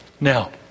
Now